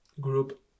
group